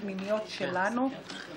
כבר פעם שלישית.